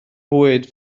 fwyd